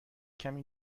کمی